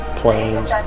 planes